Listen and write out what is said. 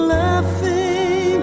laughing